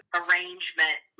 arrangement